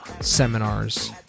seminars